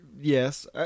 Yes